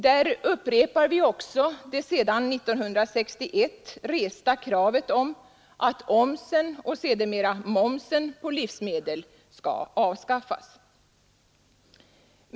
Där upprepar vi också det sedan 1961 resta kravet om att omsen och sedermera momsen på livsmedel skall avskaffas.